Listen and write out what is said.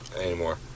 anymore